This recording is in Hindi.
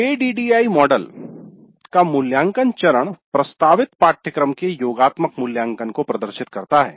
एडीडीआईई मॉडल का मूल्यांकन चरण प्रस्तावित पाठ्यक्रम के योगात्मक मूल्यांकन को प्रदर्शित करता है